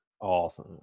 Awesome